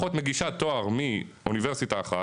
אחות מגישה תואר מאוניברסיטה אחת,